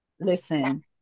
listen